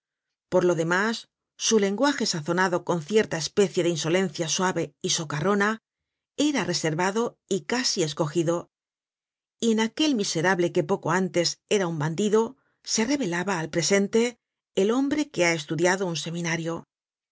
por lo demás su lenguaje sazonado con cierta especie de insolencia suave y socarrona era reservado y casi escogido y en aquel miserable que poco antes era un bandido se revelaba al presente el hombre que ha estudiado en seminario